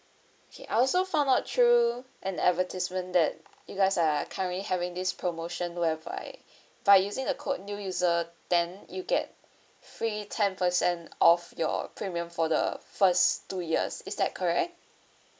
okay I also found out through an advertisement that you guys are currently having this promotion whereby by using a code new user ten then you get free ten percent off your premium for the first two years is that correct